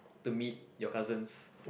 to meet your cousins